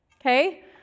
okay